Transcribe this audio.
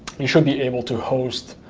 you should be able to host